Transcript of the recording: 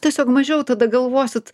tiesiog mažiau tada galvosit